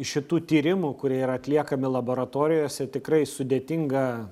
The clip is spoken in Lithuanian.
iš šitų tyrimų kurie yra atliekami laboratorijose tikrai sudėtinga